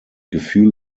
gefühl